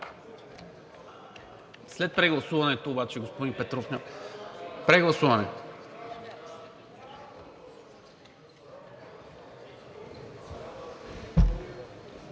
След прегласуването, господин Петров няма... Прегласуване.